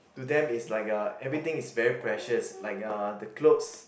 to them it's like uh everything is very precious like uh the clothes